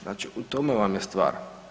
Znači u tome vam je stvar.